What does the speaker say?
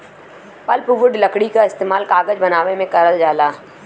pulpwood लकड़ी क इस्तेमाल कागज बनावे में करल जाला